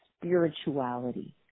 spirituality